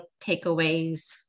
takeaways